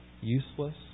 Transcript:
useless